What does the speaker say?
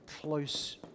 close